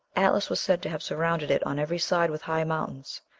atlas was said to have surrounded it on every side with high mountains.